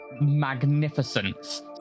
magnificence